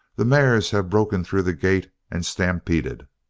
the mares have broken through the gate and stampeded!